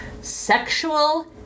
sexual